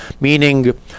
meaning